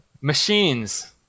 Machines